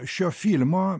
šio filmo